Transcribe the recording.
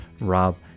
rob